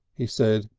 he said,